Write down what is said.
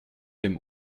dem